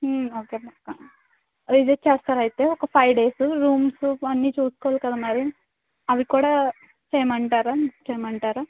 okay పక్కా visit చేస్తారా అయితే ఒక ఫైవ్ డేస్ రూమ్స్ అన్నీ చూసుకోవాలి కదా మరి అవి కూడా చేయమంటారా చేయమంటారా